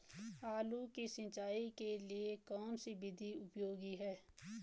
आलू की सिंचाई के लिए कौन सी विधि उपयोगी है?